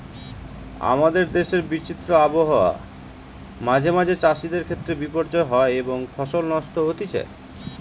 আমাদের দেশের বিচিত্র আবহাওয়া মাঁঝে মাঝে চাষিদের ক্ষেত্রে বিপর্যয় হয় এবং ফসল নষ্ট হতিছে